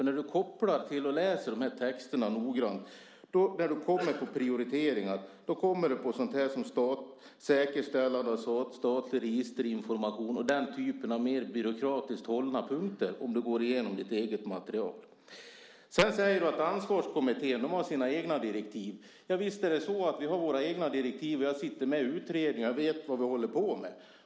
När du kopplar till och läser de här texterna noggrant och kommer till prioriteringar kommer du till sådant som säkerställande av statlig registerinformation och den typen av mer byråkratiskt hållna punkter. Det ser du om du går igenom ditt eget material. Sedan säger du att Ansvarskommittén har sina egna direktiv. Ja, visst är det så att vi har våra egna direktiv. Jag sitter med i utredningen, och jag vet vad vi håller på med.